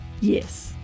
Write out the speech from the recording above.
Yes